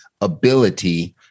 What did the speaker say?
ability